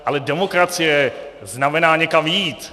Ale demokracie znamená někam jít.